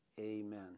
amen